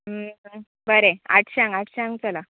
बरें आठश्यांक आठश्यांक चलां